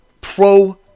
pro